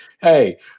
hey